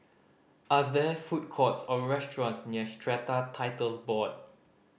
are there food courts or restaurants near Strata Titles Board